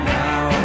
now